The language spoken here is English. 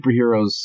superheroes